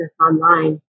online